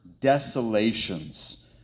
desolations